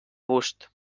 gust